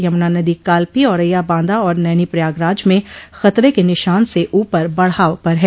यमुना नदी कालपी औरैया बांदा और नैनी प्रयागराज में खतरे के निशान से ऊपर बढ़ाव पर है